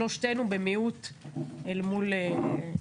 שלושתנו במיעוט אל מול,